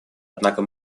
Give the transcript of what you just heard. однако